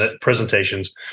presentations